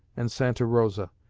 and santa rosa,